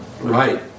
Right